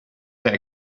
their